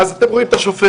ואז אתם רואים את השופט,